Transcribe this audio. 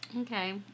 Okay